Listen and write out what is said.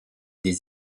des